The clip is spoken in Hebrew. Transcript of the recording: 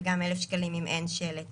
וגם 1,000 שקלים אם אין שלט